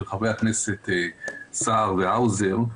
של חברי הכנסת סער והאוזר,